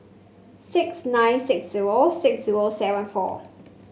six nine six zero six zero seven four